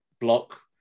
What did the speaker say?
block